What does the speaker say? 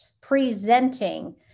presenting